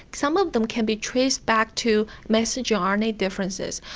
some of them can be traced back to messenger um rna differences,